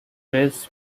risks